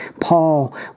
Paul